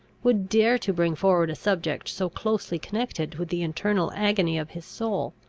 would dare to bring forward a subject so closely connected with the internal agony of his soul.